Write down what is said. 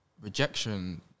rejection